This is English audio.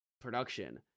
production